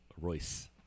Royce